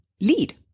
lead